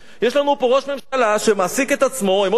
יש לנו פה ראש ממשלה שמעסיק את עצמו עם עוד כמה